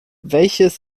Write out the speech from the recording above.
welches